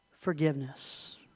Forgiveness